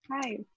Hi